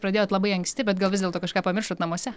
pradėjot labai anksti bet gal vis dėlto kažką pamiršot namuose